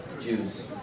Jews